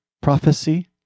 prophecy